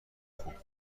خوب